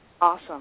Awesome